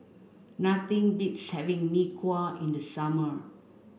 nothing beats having Mee Kuah in the summer